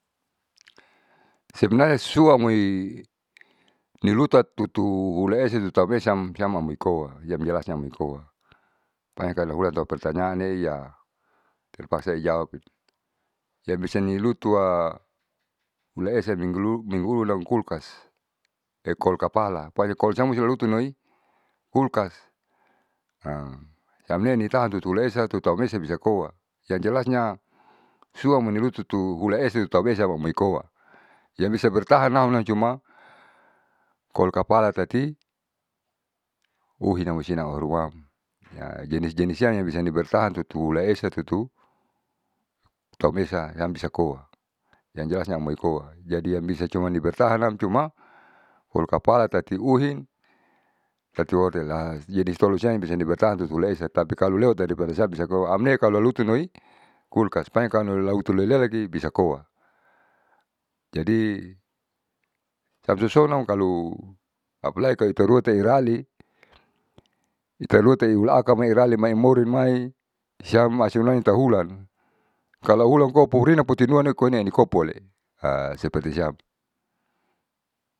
Sebenarnya suamoi nilutatutu hulaesatu tapaesam amoikoa yang jelas amoikoa mkanya kalu ulatau pertanyaan ya terpaksa ijawab sebisa nilutua hulaesa minggulu minggu ulunam kulkas kol kapala tapi kalo nalutunloi kulkas siamne talan tutuhulaesa tutaunisa bisakoa yang jelasnya suamoi ututuhulaesa tutauesa amoikoa yang bertahanam cuma kol kapala tati uhinamusina uruham. jenis jenisam yang bisa di bertahan tutuhulaesa tutu tapaesa siam bisakoa yang jelasnya amoikoa jadi bisa ni cumani bertahanam cuma kol kapala tati uhin tati wortelah jadi kalu siam bisa bertahan tutuhulaesa tapi kalu berisan bisakoa amne kalu lutunoi kulkas pokonya kalu utiulalelaki bisa koa. Jadi kalu amsosounam kalu apalai kalu itaruaerali italuaeraaka mai mori mai siam asiloni atau hulan kalo hulan koa pupurian putuina koine nikopuale seperti siam.